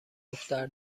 دختر